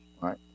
Right